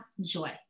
joy